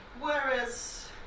whereas